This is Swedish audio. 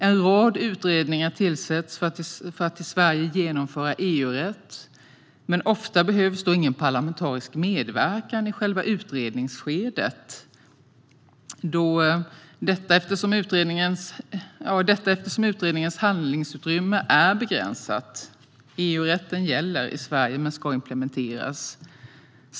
En rad utredningar tillsätts för att i Sverige genomföra EU-rätt, men ofta behövs då ingen parlamentarisk medverkan i själva utredningsskedet eftersom utredningens handlingsutrymme är begränsat - EU-rätten gäller i Sverige men ska implementeras.